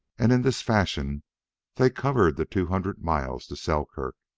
and in this fashion they covered the two hundred miles to selkirk.